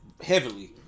heavily